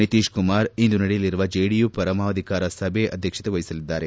ನಿತೀಶ್ ಕುಮಾರ್ ಇಂದು ನಡೆಯಲಿರುವ ಜೆಡಿಯು ಪದಾಧಿಕಾರ ಸಭೆ ಅಧ್ಯಕ್ಷತೆ ವಹಿಸಲಿದ್ದಾರೆ